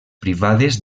privades